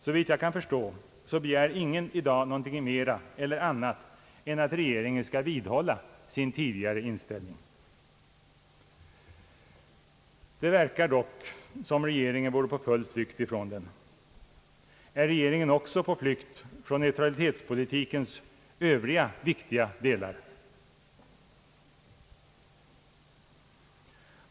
Såvitt jag kan förstå, begär ingen i dag någonting mera eller något annat än att regeringen skall vidhålla sin tidigare inställning. Det verkar dock som om regeringen vore helt på flykt från den. Är regeringen också på flykt från neutralitetspolitikens övriga viktiga delar?